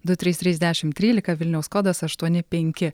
du trys trys dešim trylika vilniaus kodas aštuoni penki